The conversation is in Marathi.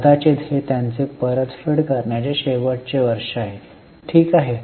कदाचित हे त्यांचे परतफेड करण्याचे शेवटचे वर्ष आहे ठीक आहे